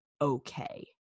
okay